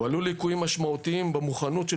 הועלו ליקויים משמעותיים במוכנות של